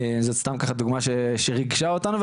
זו סתם ככה דוגמא שריגשה אותנו.